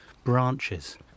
branches